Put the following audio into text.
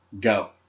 Go